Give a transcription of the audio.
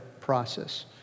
process